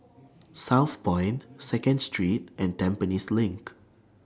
Southpoint Second Street and Tampines LINK